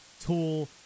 Tool